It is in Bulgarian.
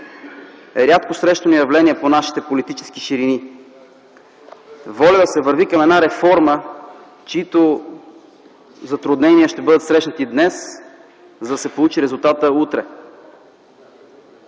е рядко срещано явление по нашите политически ширини. Воля да се върви към реформа, чиито затруднения ще бъдат срещнати днес, за да се получи резултатът утре.